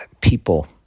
People